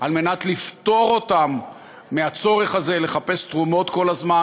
על מנת לפטור אותן מהצורך הזה לחפש תרומות כל הזמן,